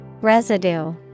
Residue